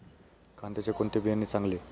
कांद्याचे कोणते बियाणे चांगले?